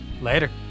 Later